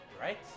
Right